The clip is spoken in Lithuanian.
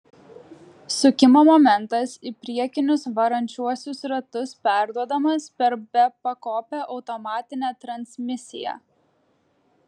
sukimo momentas į priekinius varančiuosius ratus perduodamas per bepakopę automatinę transmisiją